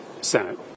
senate